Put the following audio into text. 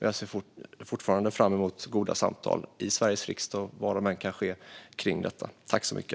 Jag ser fortfarande fram emot goda samtal om detta i Sveriges riksdag och var de än kan ske.